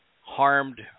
harmed